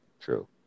True